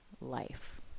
life